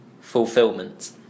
Fulfillment